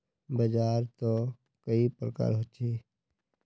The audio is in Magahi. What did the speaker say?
बाजार त कई प्रकार होचे?